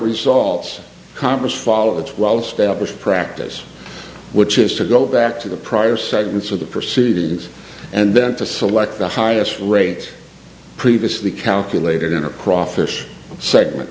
results congress follow it's well established practice which is to go back to the prior segments of the proceedings and then to select the highest rates previously calculated in a crawfish segment